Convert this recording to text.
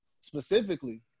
specifically